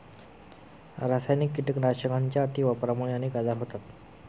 रासायनिक कीटकनाशकांच्या अतिवापरामुळे अनेक आजार होतात